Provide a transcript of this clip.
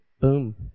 boom